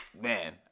man